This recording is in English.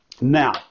Now